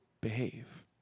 behave